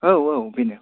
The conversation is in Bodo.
औ औ बेनो